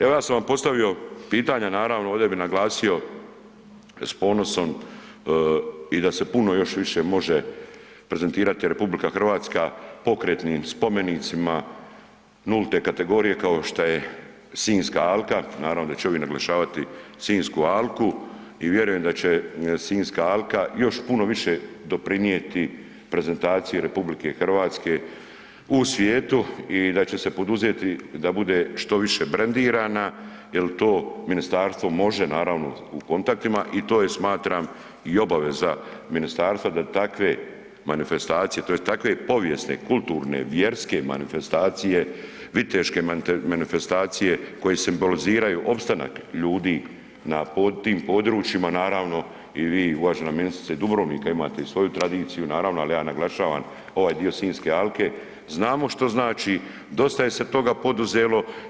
Evo ja sam vam postavio pitanja ovdje bi naglasio s ponosom i da se puno još više može prezentirati RH, pokretnim spomenicima nulte kategorije kao što je Sinjska alka, naravno da će ovi naglašavati Sinjsku alku i vjerujem da će Sinjska alka još puno više doprinijeti prezentaciji RH u svijetu i da će se poduzeti da bude što više brendirana jel to ministarstvo može naravno u kontaktima i to je smatram i obaveza ministarstva da takve manifestacije tj. takve povijesne, kulturne, vjerske manifestacije, viteške manifestacije koje simboliziraju opstanak ljudi na tim područjima, naravno i vi uvažena ministrice Dubrovnika imate svoju tradiciju naravno, ali ja naglašavam ovaj dio Sinjske alke znamo šta znači, dosta je se toga poduzelo.